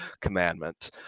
commandment